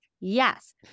Yes